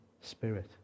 spirit